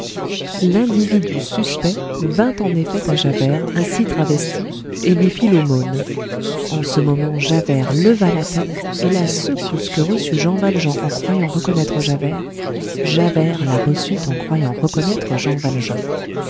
l'individu suspect vint en effet à javert ainsi travesti et lui fit l'aumône en ce moment javert leva la tête et la secousse que reçut jean valjean en croyant reconnaître javert javert la reçut en croyant reconnaître jean valjean